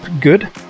good